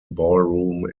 ballroom